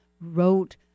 wrote